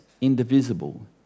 indivisible